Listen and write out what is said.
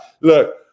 Look